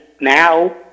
now